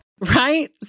right